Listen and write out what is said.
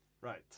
Right